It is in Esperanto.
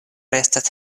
restas